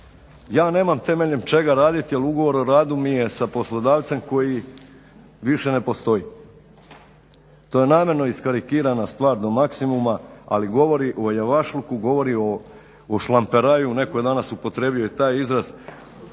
ja nemam temeljem čega raditi jer ugovor o radu mi je s poslodavcem koji više ne postoji. To je namjerno iskarikirana stvar do maksimuma ali govori o ljevašluku, govori o šlamperaju, netko je danas upotrijebio i taj izraz.